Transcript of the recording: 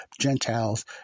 Gentiles